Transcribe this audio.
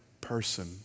person